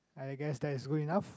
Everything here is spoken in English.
I guess that is good enough